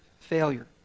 failure